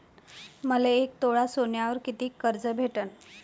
मले एक तोळा सोन्यावर कितीक कर्ज भेटन?